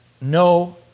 no